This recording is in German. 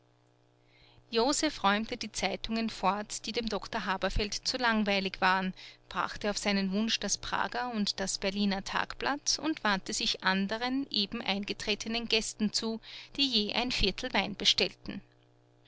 josef räumte die zeitungen fort die dem doktor haberfeld zu langweilig waren brachte auf seinen wunsch das prager und das berliner tagblatt und wandte sich anderen eben eingetretenen gästen zu die sich je ein viertel wein bestellten